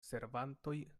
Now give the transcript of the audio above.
servantoj